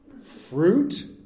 fruit